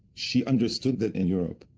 she understand that in europe,